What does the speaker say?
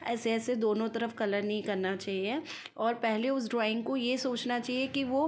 ऐसे ऐसे दोनों तरफ कलर नहीं करना चाहिए और पहले उस ड्रॉइंग को यह सोचना चाहिए कि वह